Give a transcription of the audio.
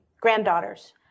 granddaughters